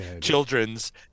children's